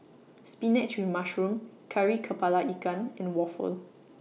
Spinach with Mushroom Kari Kepala Ikan and Waffle